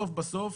בסוף-בסוף